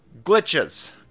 glitches